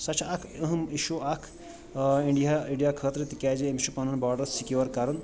سۄ چھِ اکھ أہم اِشوٗ اکھ اِنڈیا اِنڈیا خٲطرٕ تِکیٛازِ أمِس چھُ پَنُن باڈر سِکیور کَرُن